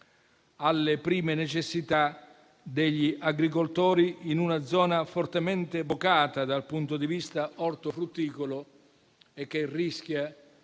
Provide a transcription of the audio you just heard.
alle prime necessità degli agricoltori in una zona fortemente vocata dal punto di vista ortofrutticolo e che rischia